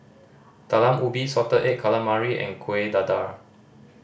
Talam Ubi salted egg calamari and Kueh Dadar